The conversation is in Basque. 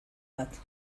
bat